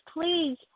please